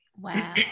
Wow